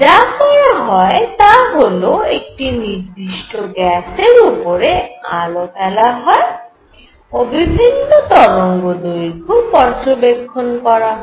যা করা হয় তা হল একটি নির্দিষ্ট গ্যাসের উপরে আলো ফেলা হয় ও বিভিন্ন তরঙ্গদৈর্ঘ্য পর্যবেক্ষণ করা হয়